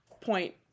point